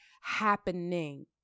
happening